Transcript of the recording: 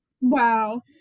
wow